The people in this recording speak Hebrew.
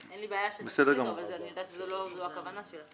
אין לי בעיה --- אבל אני יודעת שזו לא הכוונה שלכם.